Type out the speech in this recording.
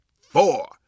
four